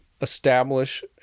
establish